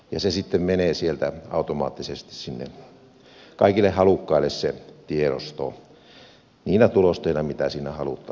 ja se tiedosto sitten menee sieltä automaattisesti kaikille halukkaille niinä tulosteina mitä siinä halutaan